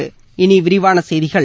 இனி விரிவான செய்திகள்